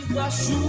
last